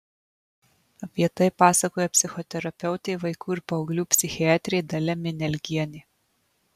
apie tai pasakoja psichoterapeutė vaikų ir paauglių psichiatrė dalia minialgienė